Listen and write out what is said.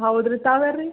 ಹೌದ್ರಿ ತಾವು ಯಾರು ರೀ